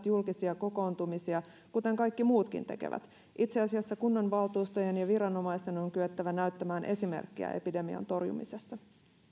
julkisia kokoontumisia kuten kaikki muutkin tekevät itse asiassa kunnanvaltuustojen ja viranomaisten on kyettävä näyttämään esimerkkiä epidemian torjumisessa